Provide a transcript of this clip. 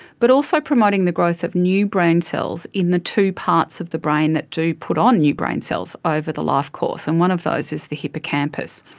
but also promoting the growth of new brain cells in the two parts of the brain that do put on new brain cells over the life course. and one of those is the hippocampus.